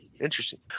Interesting